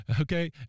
Okay